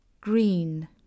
Green